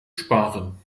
sparen